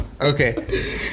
Okay